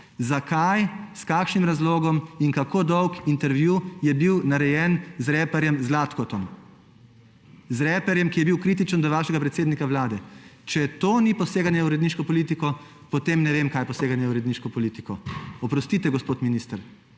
zakaj, s kakšnim razlogom in kako dolg intervju je bil narejen z reperjem Zlatkotom. Z reperjem, ki je bil kritičen do vašega predsednika Vlade. Če to ni poseganje v uredniško politiko, potem ne vem, kaj je poseganje uredniško politiko. Oprostite, gospod minister,